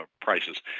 prices